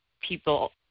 people